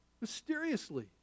mysteriously